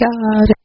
God